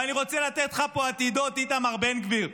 ואני רוצה לתת לך פה עתידות, איתמר בן גביר: